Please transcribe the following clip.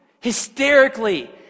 hysterically